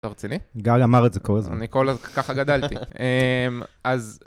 אתה רציני? גל אמר את זה כל הזמן. אני כל הזמן... ככה גדלתי. אז...